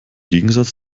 gegensatz